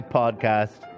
podcast